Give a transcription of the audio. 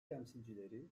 temsilcileri